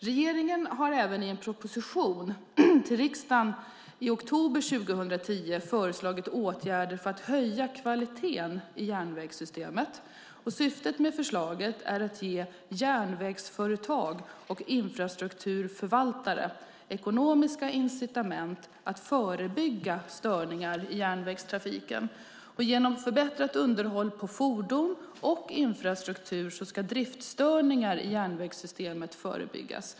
Regeringen har även i en proposition till riksdagen i oktober 2010 föreslagit åtgärder för att höja kvaliteten i järnvägssystemet. Syftet med förslaget är att ge järnvägsföretag och infrastrukturförvaltare ekonomiska incitament att förebygga störningar i järnvägstrafiken. Genom förbättrat underhåll på fordon och infrastruktur ska driftstörningar i järnvägssystemet förebyggas.